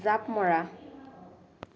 জাপ মৰা